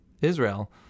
Israel